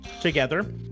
together